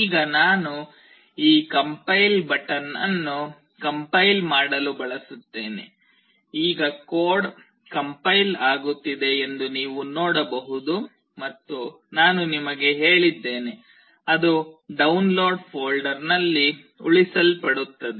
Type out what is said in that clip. ಈಗ ನಾನು ಈ ಕಂಪೈಲ್ ಬಟನ್ ಅನ್ನು ಕಂಪೈಲ್ ಮಾಡಲು ಬಳಸುತ್ತೇನೆ ಈಗ ಕೋಡ್ ಕಂಪೈಲ್ ಆಗುತ್ತಿದೆ ಎಂದು ನೀವು ನೋಡಬಹುದು ಮತ್ತು ನಾನು ನಿಮಗೆ ಹೇಳಿದ್ದೇನೆ ಅದು ಡೌನ್ಲೋಡ್ ಫೋಲ್ಡರ್ನಲ್ಲಿ ಉಳಿಸಲ್ಪಡುತ್ತದೆ